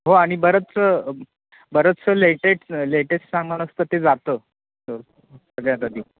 हो आणि बरंचसं बरंचसं लेटेट लेटेस्ट सामान असतं ते जातं सगळ्यात आधी